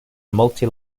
multi